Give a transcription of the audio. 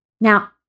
Now